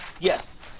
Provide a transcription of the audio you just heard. Yes